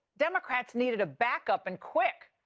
democrats needed a backup, and quick,